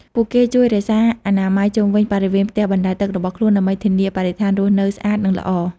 ពួកគេជួយរក្សាអនាម័យជុំវិញបរិវេណផ្ទះបណ្ដែតទឹករបស់ខ្លួន ដើម្បីធានាបរិស្ថានរស់នៅស្អាត និងល្អ។